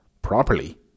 Properly